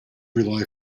rely